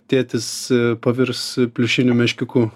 tėtis pavirs pliušiniu meškiuku